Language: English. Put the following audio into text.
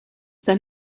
then